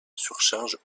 surcharge